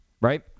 right